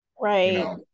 right